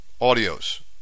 audios